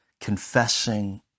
confessing